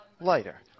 lighter